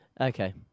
Okay